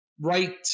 Right